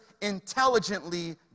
intelligently